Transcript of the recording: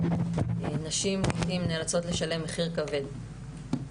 נשים נאלצות לשלם מחיר כבד לפעמים.